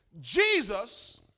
Jesus